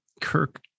Kirk